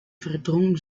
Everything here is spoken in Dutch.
verdrong